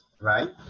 right